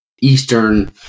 eastern